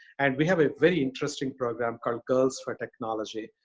and we have a very interesting program called girls for technology.